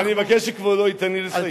אני מבקש שכבודו ייתן לי לסיים,